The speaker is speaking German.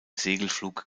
segelflug